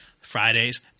Fridays